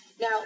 Now